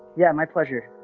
yeah my pleasure